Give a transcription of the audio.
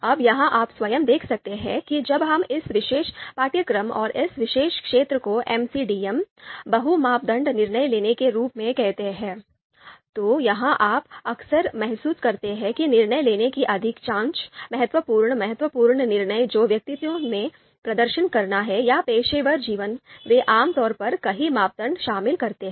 अब यहाँ आप स्वयं देख सकते हैं कि जब हम इस विशेष पाठ्यक्रम और इस विशेष क्षेत्र को MCDM बहु मापदंड निर्णय लेने के रूप में कहते हैं तो यहाँ आप अक्सर महसूस करते हैं कि निर्णय लेने के अधिकांश महत्वपूर्ण महत्वपूर्ण निर्णय जो व्यक्तिगत में प्रदर्शन करना है या पेशेवर जीवन वे आम तौर पर कई मापदंड शामिल करते हैं